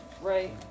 Right